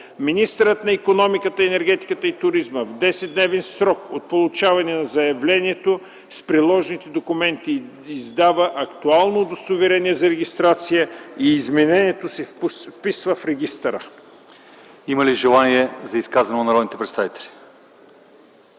Министърът на икономиката, енергетиката и туризма в 10-дневен срок от получаване на заявлението с приложените документи издава актуално удостоверение за регистрация и изменението се вписва в регистъра.” ПРЕДСЕДАТЕЛ ЛЪЧЕЗАР ИВАНОВ: Има ли желания за изказвания от народните представители?